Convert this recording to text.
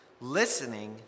listening